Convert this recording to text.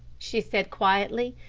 she said quietly,